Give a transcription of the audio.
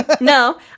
No